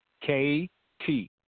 K-T